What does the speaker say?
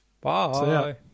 Bye